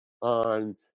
on